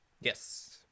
Yes